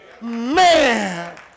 Man